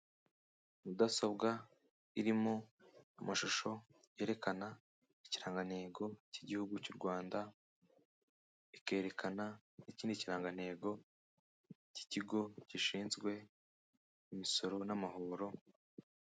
Mudasobwa irimo amashusho yerekana ikirangantego cy'igihugu cy' u Rwanda, ikerekana ikindi kirangantego cy'ikigo gishinzwe imisoro n'amahoro.